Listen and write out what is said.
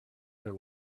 their